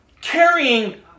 Carrying